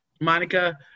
monica